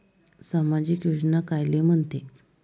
सामाजिक योजना कायले म्हंते?